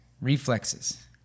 Reflexes